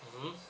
mmhmm